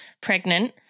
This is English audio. pregnant